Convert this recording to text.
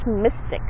mystic